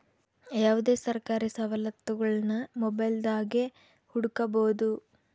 ಯಾವುದೇ ಸರ್ಕಾರಿ ಸವಲತ್ತುಗುಳ್ನ ಮೊಬೈಲ್ದಾಗೆ ಹುಡುಕಬೊದು